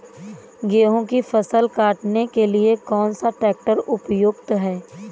गेहूँ की फसल काटने के लिए कौन सा ट्रैक्टर उपयुक्त है?